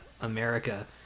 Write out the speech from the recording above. America